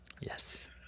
Yes